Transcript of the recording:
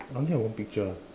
I only have one picture